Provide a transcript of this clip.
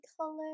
color